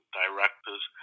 directors